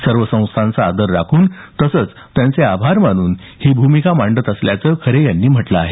सर्व संस्थांचा आदर राखून तसंच त्यांचे आभार मानून ही माझी भूमिका मांडत असल्याचं खरे यांनी सांगितलं आहे